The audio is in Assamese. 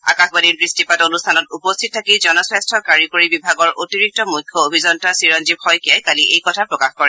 আকাশবাণীৰ দৃষ্টিপাত অনুষ্ঠানত উপস্থিত থাকি জনস্বাস্থ্য কাৰিকৰী বিভাগৰ অতিৰিক্ত মুখ্য অভিযন্তা চিৰঞ্জীৱ শইকীয়াই কালি এই কথা প্ৰকাশ কৰে